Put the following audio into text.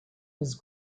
was